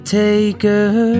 taker